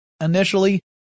Initially